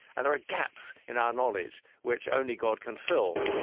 and there are gaps in our knowledge, which only god can fill.